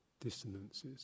dissonances